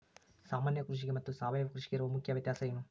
ಸಾಮಾನ್ಯ ಕೃಷಿಗೆ ಮತ್ತೆ ಸಾವಯವ ಕೃಷಿಗೆ ಇರುವ ಮುಖ್ಯ ವ್ಯತ್ಯಾಸ ಏನು?